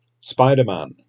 Spider-Man